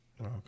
Okay